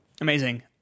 Amazing